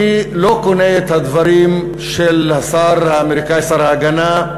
אני לא קונה את הדברים של השר האמריקני, שר ההגנה,